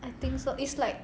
I think so it's like